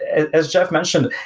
as jeff mentioned,